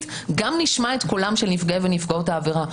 גם נשמע את קולם של נפגעי ונפגעות העבירה.